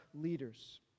leaders